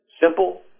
simple